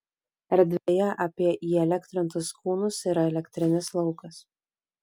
erdvėje apie įelektrintus kūnus yra elektrinis laukas